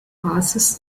passes